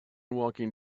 walking